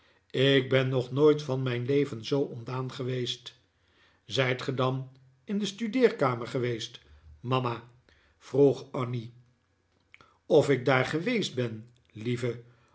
ik ben nog nooit van mijn leven zoo ontdaan geweest zijt ge dan in de studeerkamer geweest mama vroeg annie of ik daar geweest ben lieve